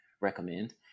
recommend